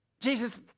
Jesus